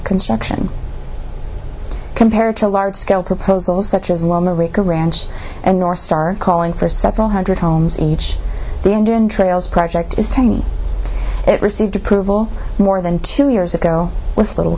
construction compared to large scale proposals such as a ranch and northstar calling for several hundred homes each the indian trails project is tiny it received approval more than two years ago with little